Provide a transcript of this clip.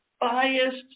biased